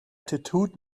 tattooed